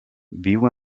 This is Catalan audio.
viu